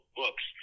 books